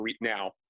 now